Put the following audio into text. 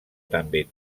també